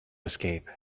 escape